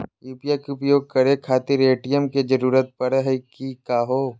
UPI के उपयोग करे खातीर ए.टी.एम के जरुरत परेही का हो?